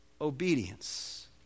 obedience